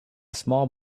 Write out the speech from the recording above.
small